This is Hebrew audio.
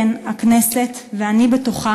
והכנסת, כן, הכנסת, ואני בתוכה,